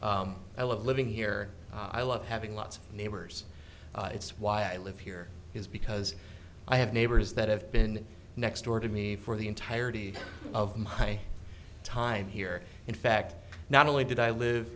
d i love living here i love having lots of neighbors it's why i live here is because i have neighbors that have been next door to me for the entirety of my time here in fact not only did i live